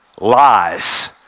lies